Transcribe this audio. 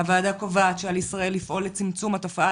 הוועדה קובעת שעל ישראל לפעול לצמצום התופעה